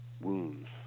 wounds